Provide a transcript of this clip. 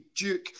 Duke